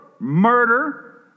murder